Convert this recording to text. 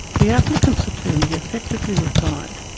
the applicant's attorney effectively replied